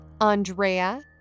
Andrea